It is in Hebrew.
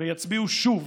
ויצביעו שוב